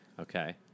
Okay